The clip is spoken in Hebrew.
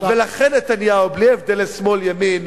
ולכן, נתניהו, בלי הבדלי שמאל ימין,